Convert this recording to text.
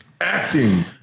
acting